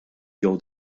jew